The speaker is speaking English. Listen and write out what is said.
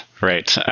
right.